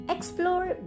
Explore